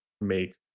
make